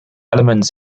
elements